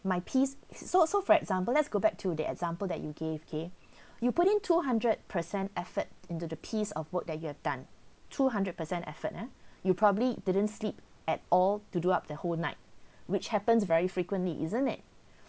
my piece so so for example let's go back to the example that you gave k you put in two hundred percent effort into the piece of work that you have done two hundred percent effort eh and you probably didn't sleep at all to do up the whole night which happens very frequently isn't it